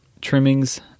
trimmings